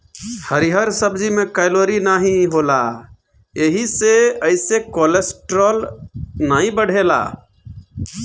हरिहर सब्जी में कैलोरी नाही होला एही से एसे कोलेस्ट्राल नाई बढ़ेला